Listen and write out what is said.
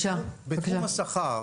בתחום השכר